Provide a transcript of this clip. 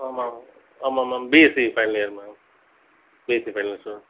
ஆமாம் மேம் ஆமாம் ma'am BSc final year ma'am BSc final year student